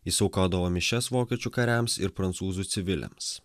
jis aukodavo mišias vokiečių kariams ir prancūzų civiliams